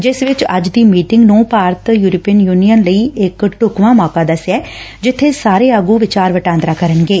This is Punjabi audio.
ਜਿਸ ਵਿਚ ਅੱਜ ਦੀ ਮੀਟਿੰਗ ਨੂੰ ਭਾਰਤ ਯੁਰਪੀਨ ਯੁਨੀਅਨ ਲਈ ਇਕ ਢੁਕਵਾਂ ਮੌਕਾ ਦਸਿਐ ਜਿੱਬੇ ਸਾਰੇ ਆਗੁ ਵਿਚਾਰ ਵਟਾਂਦਰਾ ਕਰਨਗੇ